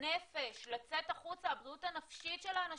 לנפש, לצאת החוצה, הבריאות הנפשית של האנשים.